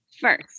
First